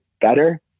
better